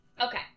Okay